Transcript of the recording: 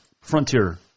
Frontier